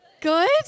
good